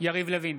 יריב לוין,